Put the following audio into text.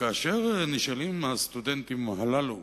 כאשר נשאלים הסטודנטים הללו,